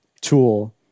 tool